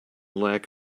lack